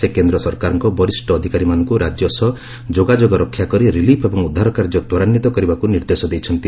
ସେ କେନ୍ଦ୍ର ସରକାରଙ୍କ ବରିଷ୍ଠ ଅଧିକାରୀମାନଙ୍କୁ ରାଜ୍ୟ ସହ ସହଯୋଗ ରକ୍ଷା କରି ରିଲିଫ୍ ଏବଂ ଉଦ୍ଧାର କାର୍ଯ୍ୟ ତ୍ୱରାନ୍ଧିତ କରିବାକୁ ନିର୍ଦ୍ଦେଶ ଦେଇଛନ୍ତି